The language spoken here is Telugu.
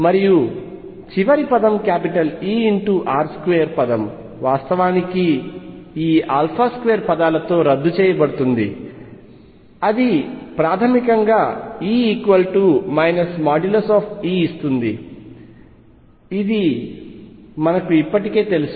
మరియు చివరి పదం E r2 పదం వాస్తవానికి ఈ 2 పదాలతో రద్దు చేయబడుతుంది అది ప్రాథమికంగా E |E| ఇస్తుంది ఇది మనకు ఇప్పటికే తెలుసు